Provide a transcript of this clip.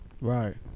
Right